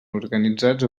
organitzats